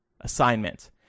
assignment